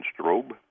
strobe